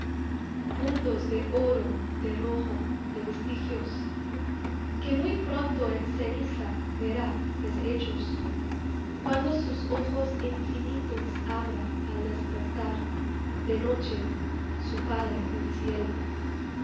mundos de oro de rojo de vestiglos que muy pronto en ceniza verá deshechos cuando sus ojos infinitos abra al despertar de noche su padre el cielo